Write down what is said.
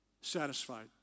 satisfied